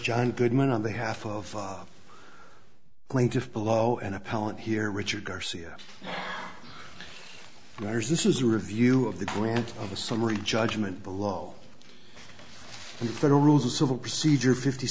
john goodman on the half of plaintiff below and appellant here richard garcia there's this is a review of the grant of a summary judgment below the federal rules of civil procedure fifty